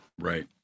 Right